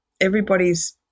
everybody's